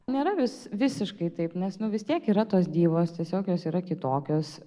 nėra vis visiškai taip nes nu vis tiek yra tos divos tiesiog jos yra kitokios